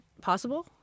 possible